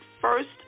first